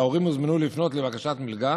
וההורים הוזמנו לפנות לבקשת מלגה